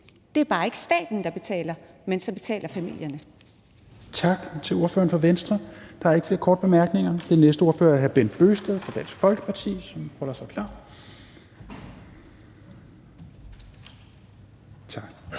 er det bare ikke staten, der betaler; så betaler familierne.